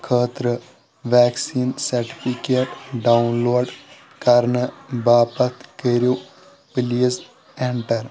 خٲطرٕ vaccine certificate download کرنہٕ باپتھ کٔرِو پٕلیٖز ایٚنٹر